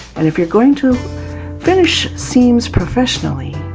and if you're going to finish seams professionally,